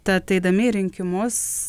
tad eidami į rinkimus